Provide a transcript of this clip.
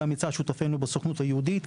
גם מצד שותפנו בסוכנות היהודיות,